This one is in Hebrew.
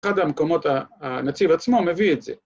‫אחד המקומות... הנציב עצמו מביא את זה.